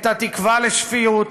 את התקווה לשפיות,